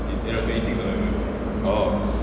orh